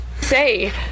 Say